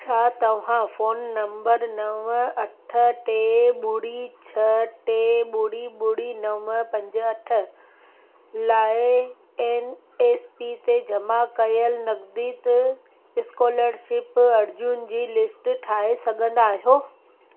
छा तव्हां phone number नव अठ टे ॿुड़ी छह टे ॿुड़ी ॿुड़ी नव पंज अठ लाइ एन एस पी ते जमा कयल नक़दीद स्कॉलरशिप अर्ज़ियुनि जी लिस्ट ठाहे सघंदा आहियो